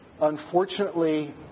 unfortunately